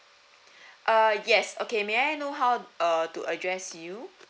uh yes okay may I know how uh do I address you